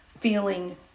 feeling